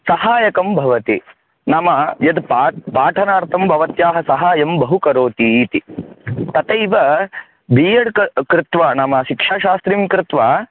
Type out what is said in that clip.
सहायकं भवति नाम यद् पाठनार्थं भवत्याः सहायं बहु करोतीति तथैव बियेड् कृत्वा नाम शिक्षा शास्त्रिं कृत्वा